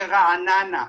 ברעננה,